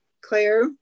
Claire